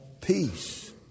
peace